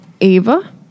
Ava